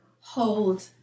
Hold